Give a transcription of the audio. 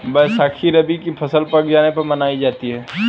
बैसाखी रबी की फ़सल पक जाने पर मनायी जाती है